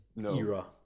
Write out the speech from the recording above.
era